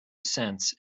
cents